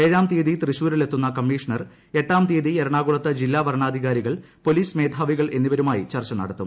ഏഴാം തീയതി തൃശൂരിൽ എത്തുന്ന കമ്മീഷണർ എട്ടാം തീയതി എറണാകുളത്ത് ജില്ലാ വരണാധികാരികൾ പോലീസ് മേധാവികൾ എന്നിവരുമായി ചർച്ച നടത്തും